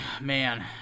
man